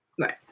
Right